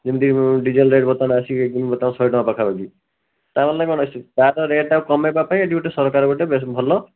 ଯେମିତି diesel rate ବର୍ତ୍ତମାନ ଆସିକି ବର୍ତ୍ତମାନ୍ ଶହେ ଟଙ୍କା ପାଖାପାଖି ତାର ତ ରେଟ୍ କମେଇବା ପାଇଁ ଏଇଠି ସରକାର୍ ଗୋଟେ ଭଲ